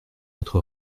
votre